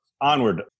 onward